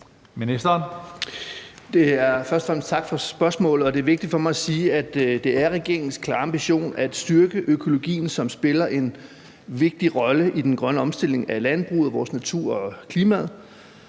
Jensen): Først og fremmest tak for spørgsmålet. Det er vigtigt for mig at sige, at det er regeringens klare ambition at styrke økologien, som spiller en vigtig rolle i den grønne omstilling af landbruget og for vores natur og klimaet.